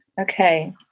Okay